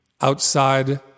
outside